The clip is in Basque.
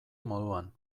moduan